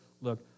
Look